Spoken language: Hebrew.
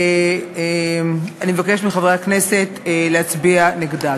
ואני מבקשת מחברי הכנסת להצביע נגדה.